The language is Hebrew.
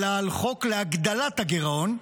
אלא על חוק להגדלת הגירעון.